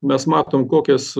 mes matom kokias